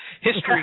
history